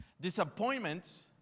Disappointments